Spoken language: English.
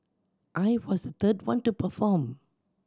I was third one to perform